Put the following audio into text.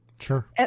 Sure